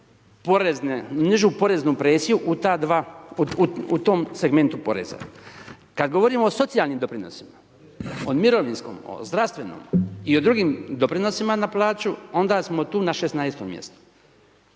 nižu poreznu presiju u tom segmentu poreza. Kad govorimo o socijalnim doprinosima, o mirovinskom, o zdravstvenom i o drugim doprinosima na plaću, onda smo tu na 16. mjestu.